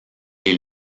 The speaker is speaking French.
les